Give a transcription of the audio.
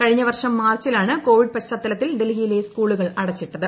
കഴിഞ്ഞ വർഷം മാർച്ചിലാണ് കോവിഡ് പശ്ചാത്തലത്തിൽ ഡൽഹിയിലെ സ്കൂളുകൾ അടച്ചിട്ടത്